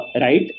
Right